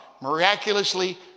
miraculously